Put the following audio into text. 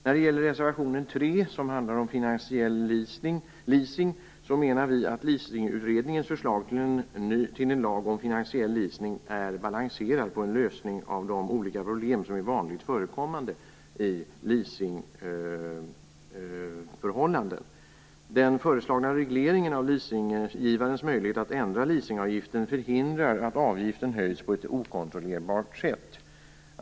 Vad gäller reservationen 3, som handlar om finansiell leasing, vill jag säga att vi menar att Leasingutredningens förslag till en lag om finansiell leasing är en balanserad lösning av de olika problem som är vanligt förekommande i leasingförhållanden. Den föreslagna regleringen av leasegivarens möjlighet att ändra leasingavgiften förhindrar att avgiften höjs på ett okontrollerbart sätt.